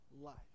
life